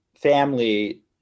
family